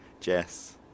Jess